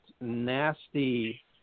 nasty